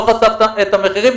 לא חשף את המחירים.